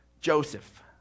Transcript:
joseph